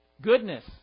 Goodness